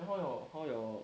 then how your how your